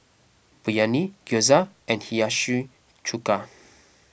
Biryani Gyoza and Hiyashi Chuka